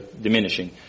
diminishing